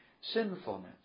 sinfulness